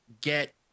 get